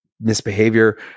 misbehavior